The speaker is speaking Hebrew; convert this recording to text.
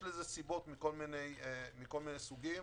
יש לזה סיבות מסוגים שונים,